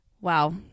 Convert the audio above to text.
wow